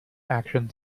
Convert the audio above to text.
action